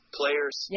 players